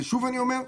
שוב אני אומר,